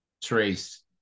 Trace